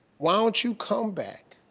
why don't you come back?